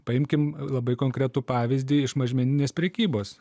paimkim labai konkretų pavyzdį iš mažmeninės prekybos